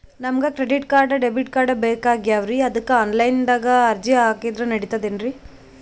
ನಮಗ credit card, debit card ಬೇಕಾಗ್ಯಾವ್ರೀ ಅದಕ್ಕ ಆನಲೈನದಾಗ ಅರ್ಜಿ ಹಾಕಿದ್ರ ನಡಿತದೇನ್ರಿ?